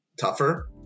tougher